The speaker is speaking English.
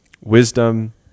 wisdom